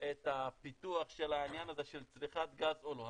את הפיתוח של העניין הזה של צריכת גז או לא,